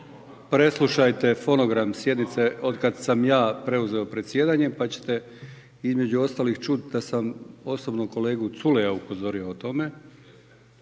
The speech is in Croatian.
preslušajte fonogram sjednice od kad sam ja preuzeo predsjedanje pa ćete između ostalih čut, da sam osobno kolegu Culeja upozorio o tome.